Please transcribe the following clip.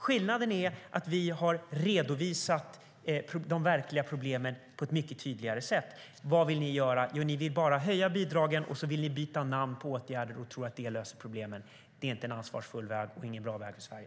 Skillnaden är att vi har redovisat de verkliga problemen på ett mycket tydligare sätt. Vad vill ni göra? Jo, ni vill höja bidragen och byta namn på åtgärder och tro att det löser problemen. Det är inte en ansvarsfull väg och inte en bra väg för Sverige.